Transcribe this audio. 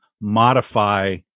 modify